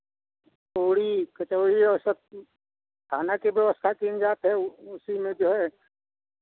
पूड़ी कचौड़ी और सब खाना की व्यवस्था की जात है उसी में जो है